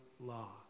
law